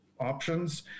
options